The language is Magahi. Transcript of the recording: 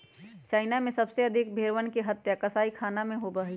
चाइना में सबसे अधिक भेंड़वन के हत्या कसाईखाना में होबा हई